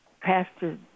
pastor